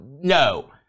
no